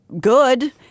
good